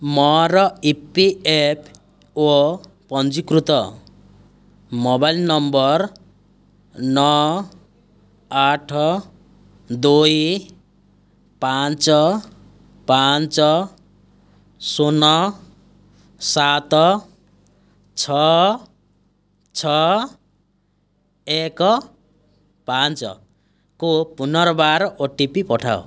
ମୋର E P F O ପଞ୍ଜୀକୃତ mobile number ନଅ ଆଠ ଦୁଇ ପାଞ୍ଚ ପାଞ୍ଚ ଶୂନ ସାତ ଛଅ ଛଅ ଏକ ପାଞ୍ଚକୁ ପୁନର୍ବାର ଓ ଟି ପି ପଠାଅ